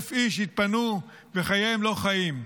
60,000 איש התפנו וחייהם לא חיים.